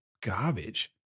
garbage